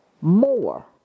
more